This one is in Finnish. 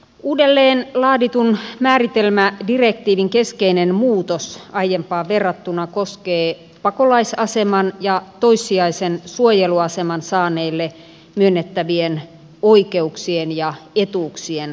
uudelleen laaditun määritelmädirektiivin keskeinen muutos aiempaan verrattuna koskee pakolaisaseman ja toissijaisen suojeluaseman saaneille myönnettävien oikeuksien ja etuuk sien lähentämistä